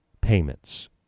payments